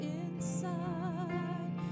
inside